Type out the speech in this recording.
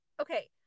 Okay